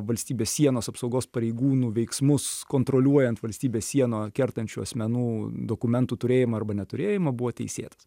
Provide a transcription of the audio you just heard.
valstybės sienos apsaugos pareigūnų veiksmus kontroliuojant valstybės sieną kertančių asmenų dokumentų turėjimą arba neturėjimą buvo teisėtas